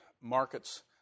markets